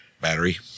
Battery